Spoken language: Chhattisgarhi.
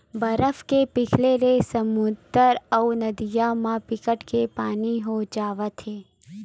बरफ के पिघले ले समुद्दर अउ नदिया म बिकट के पानी हो जावत हे